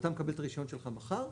ואתה מקבל את הרישיון שלך מחר,